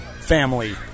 family